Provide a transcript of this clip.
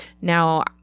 Now